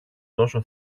τόσο